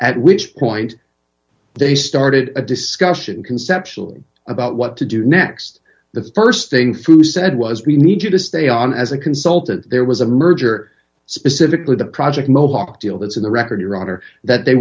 at which point they started a discussion conceptually about what to do next the st thing through said was we need you to stay on as a consultant there was a merger specifically the project mohawk deal that's in the record your honor that they